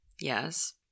Yes